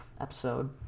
episode